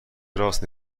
راست